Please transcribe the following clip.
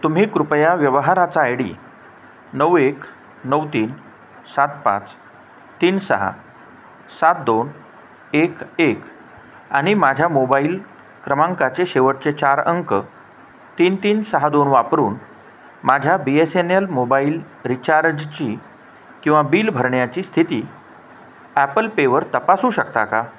तुम्ही कृपया व्यवहाराचा आय डी नऊ एक नऊ तीन सात पाच तीन सहा सात दोन एक एक आणि माझ्या मोबाईल क्रमांकाचे शेवटचे चार अंक तीन तीन सहा दोन वापरून माझ्या B S N L mobile रिचार्जची किंवा बिल भरण्याची स्थिती ॲपल पेवर तपासू शकता का